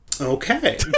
Okay